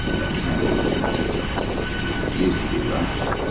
but campbell was meticulous. he refused to be rushed,